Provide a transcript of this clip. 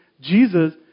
Jesus